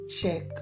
check